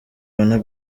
bane